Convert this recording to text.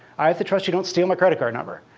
i have to trust you don't steal my credit card number.